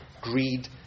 greed